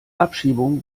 abschiebung